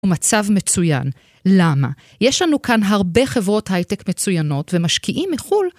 מצב מצוין. למה? יש לנו כאן הרבה חברות הייטק מצוינות ומשקיעים מחו"ל